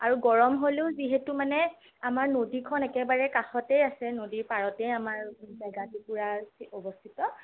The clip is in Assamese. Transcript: আৰু গৰম হ'লেও যিহেতু মানে আমাৰ নদীখন একেবাৰে কাষতে আছে নদীৰ পাৰতে আমাৰ জাগাটো পূৰা অৱস্থিত